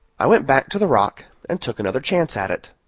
i went back to the rock and took another chance at it.